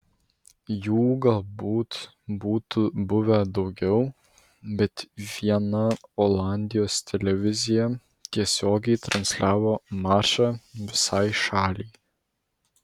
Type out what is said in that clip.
jų galbūt būtų buvę daugiau bet viena olandijos televizija tiesiogiai transliavo mačą visai šaliai